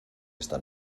esta